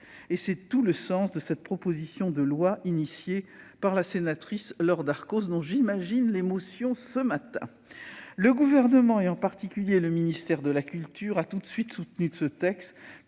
C'est tout le sens de cette proposition de loi dont l'initiative revient à la sénatrice Laure Darcos, dont j'imagine l'émotion ce matin. Le Gouvernement, en particulier le ministère de la culture, a tout de suite soutenu ce texte